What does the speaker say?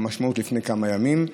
המשמעות: לפני כמה ימים.